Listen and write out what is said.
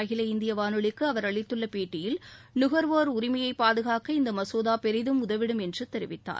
அகில இந்திய வானொலிக்கு அவர் அளித்துள்ள பேட்டியில் நுகர்வோர் உரிமையை பாதுகாக்க இந்த மசோதா பெரிதும் உதவிடும் என்று தெரிவித்தார்